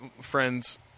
friends